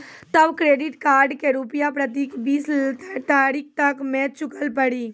तब credit card के रूपिया प्रतीक बीस तारीख तक मे चुकल पड़ी?